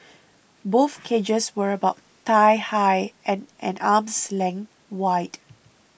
both cages were about thigh high and an arm's length wide